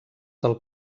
del